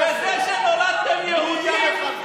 מי המחבל